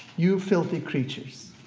you filthy creatures.